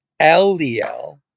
LDL